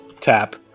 tap